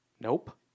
Nope